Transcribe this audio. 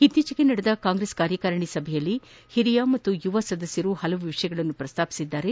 ಇತ್ತೀಚೆಗೆ ನಡೆದ ಕಾಂಗ್ರೆಸ್ ಕಾರ್ಯಕಾರಿಣಿ ಸಭೆಯಲ್ಲಿ ಹಿರಿಯ ಹಾಗೂ ಯುವ ಸದಸ್ಯರು ಹಲವು ವಿಷಯಗಳನ್ನು ಪ್ರಸ್ತಾಪಿಸಿದ್ದಾರೆ